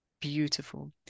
beautiful